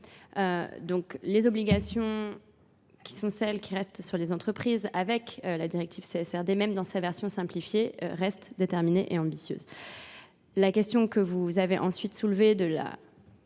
Donc les obligations qui sont celles qui restent sur les entreprises avec la directive CSRD même dans sa version simplifiée reste déterminée et ambitieuse. La question que vous avez ensuite soulevée de la